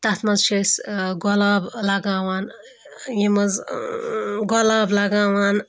تَتھ منٛز چھِ أسۍ گۄلاب لگاوان یِم حظ گۄلاب لگاوان